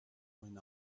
went